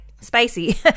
Spicy